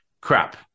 Crap